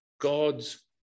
God's